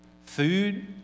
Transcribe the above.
food